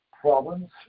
problems